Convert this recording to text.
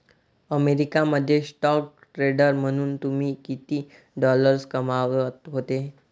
America मध्ये stock trader म्हणून तुम्ही किती डॉलर्स कमावत होते